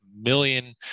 million